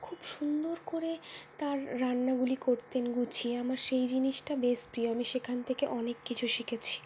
খুব সুন্দর করে তার রান্নাগুলি করতেন গুছিয়ে আমার সেই জিনিসটা বেশ প্রিয় আমি সেখান থেকে অনেক কিছু শিখেছি